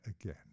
again